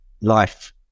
life